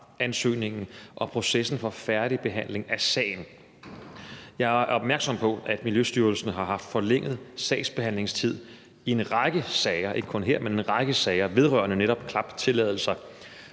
klapansøgningen og processen for færdigbehandling af sagen. Jeg er opmærksom på, at Miljøstyrelsen har haft forlænget sagsbehandlingstid i en række sager, ikke kun her, men i en